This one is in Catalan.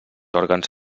òrgans